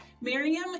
Miriam